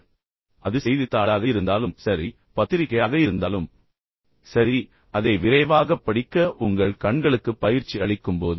எனவே அது செய்தித்தாளாக இருந்தாலும் சரி பத்திரிகையாக இருந்தாலும் சரி அது ஒரு நாவல் வாசிப்பாக இருந்தாலும் சரி அதை விரைவாகப் படிக்க உங்கள் கண்களுக்கு பயிற்சி அளிக்கும்போது